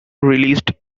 released